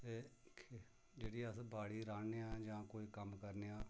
ते जेह्ड़ी अस बाड़ी राह्ने आं जां कोई कम्म करने आं